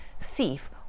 thief